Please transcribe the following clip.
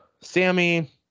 Sammy